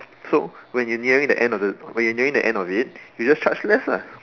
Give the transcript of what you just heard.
so when you're nearing the end of the when you're nearing the end of it you just charge less lah